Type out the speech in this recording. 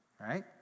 right